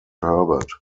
herbert